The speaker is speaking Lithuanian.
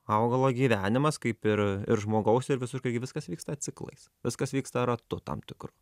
augalo gyvenimas kaip ir ir žmogaus ir visur taigi viskas vyksta ciklais viskas vyksta ratu tam tikru